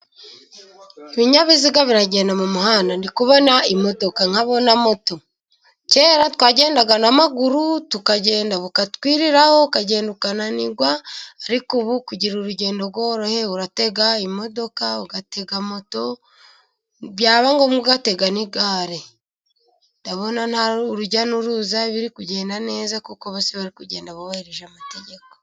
Ibinyabiziga biragenda mu muhanda ndi kubona imodoka, nkabona moto. Kera twagendaga n'amaguru tukagenda bukatwiriraho, ukagenda ukananirwa ariko ubu kugira urugendo rworohe uratega imodoka, ugatega moto byaba ngombwa ugatega igare. Ndabona urujya n'uruza biri kugenda neza kuko bose bari kugenda bubahirije amategeko.